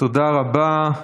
תודה רבה.